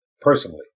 Personally